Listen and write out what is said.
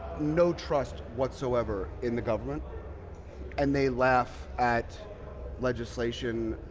no trust whatsoever in the government and they laugh at legislation.